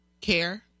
care